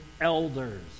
elders